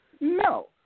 No